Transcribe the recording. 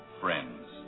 friends